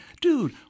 dude